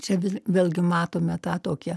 čia vėlgi matome tą tokia